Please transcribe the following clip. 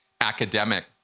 academic